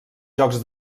jocs